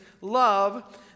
love